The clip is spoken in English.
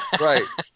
right